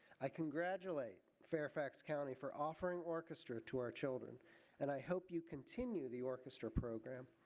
i congratulate fairfax county for offering orchestra to our children and i hope you continue the orchestra program.